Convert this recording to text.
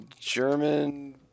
German